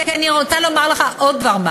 ואני רוצה לומר לך עוד דבר: